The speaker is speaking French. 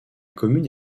commune